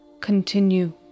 continue